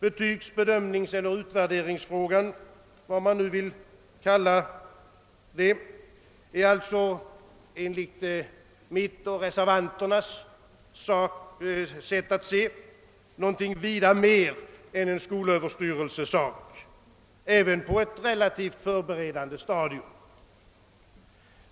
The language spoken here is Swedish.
Betygs-, bedömningseller utvärderingsfrågan, vad man nu vill kalla den, är alltså enligt mitt och reservanternas sätt att se någonting vida mer än en fråga för skolöverstyrelsen även på ett relativt förberedande stadium.